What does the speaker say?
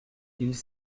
ils